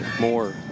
more